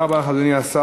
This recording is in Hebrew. תודה רבה לך, אדוני השר.